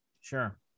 Sure